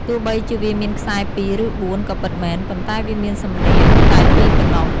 ទោះបីជាវាមានខ្សែ២ ឬ ៤ ក៏ពិតមែន ប៉ុន្តែវាមានសំនៀងតែ ២ ប៉ុណ្ណោះ។